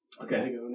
Okay